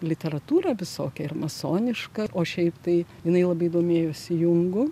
literatūra visokia ir masoniška o šiaip tai jinai labai domėjosi jungu